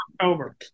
October